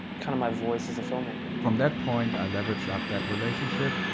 kind of my voice as a filmmaker. from that point, i leveraged up that relationship.